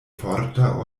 forta